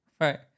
right